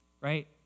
right